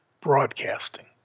broadcasting